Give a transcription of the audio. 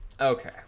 Okay